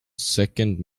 second